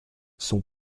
son